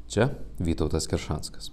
čia vytautas keršanskas